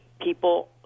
people